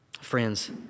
Friends